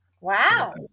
Wow